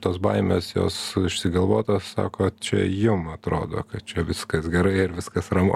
tos baimės jos išsigalvotos sako čia jum atrodo kad čia viskas gerai ir viskas ramu